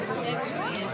בנושא הכשרת רופאים עולים.